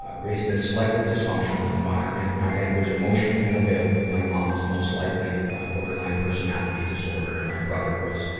ah raised in a slightly dysfunctional environment. my dad was emotionally unavailable. my mom is most likely borderline-personality disorder, and my brother was,